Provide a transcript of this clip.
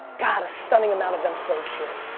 god, a stunning amount of them sold shit.